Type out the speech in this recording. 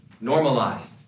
normalized